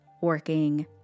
working